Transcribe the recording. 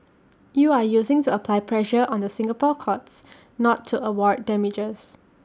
you are using to apply pressure on the Singapore courts not to award damages